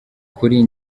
kuri